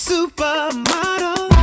Supermodel